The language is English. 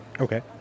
Okay